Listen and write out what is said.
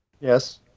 Yes